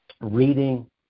reading